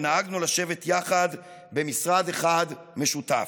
ונהגנו לשבת יחד במשרד אחד משותף.